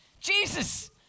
Jesus